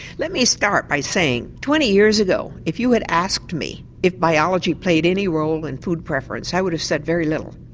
let me start by saying twenty years ago if you had asked me if biology played any role in food preference i would have said very little.